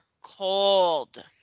cold